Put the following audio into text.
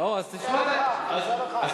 לא מגיע לי, לא מגיע לי.